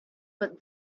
but